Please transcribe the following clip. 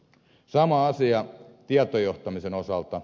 sama asia tietojohtamisen osalta